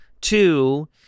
two